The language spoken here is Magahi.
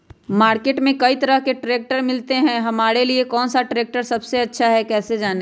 मार्केट में कई तरह के ट्रैक्टर मिलते हैं हमारे लिए कौन सा ट्रैक्टर सबसे अच्छा है कैसे जाने?